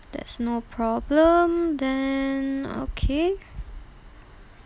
that's no problem then okay